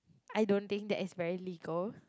I don't think that is very legal